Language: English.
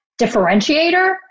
differentiator